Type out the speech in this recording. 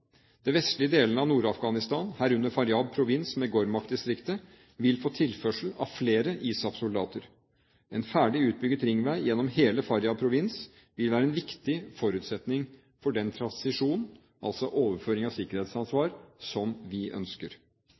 De vestlige delene av Nord-Afghanistan, herunder Faryab provins med Ghowrmach-distriktet, vil få tilførsel av flere ISAF-soldater. En ferdig utbygd ringvei gjennom hele Faryab provins vil være en viktig forutsetning for den transisjon, altså overføring av sikkerhetsansvar, som vi ønsker.